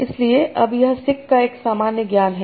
इसलिए अब यह सिक का एक सामान्य ज्ञान है